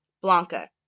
Blanca